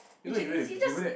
is he just